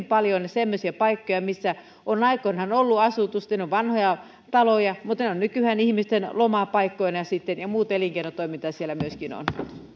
paljon semmoisia paikkoja missä on aikoinaan ollut asutusta siellä on vanhoja taloja mutta ne ovat nykyään ihmisten lomapaikkoina ja muuta elinkeinotoimintaa siellä myöskin on